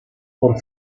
por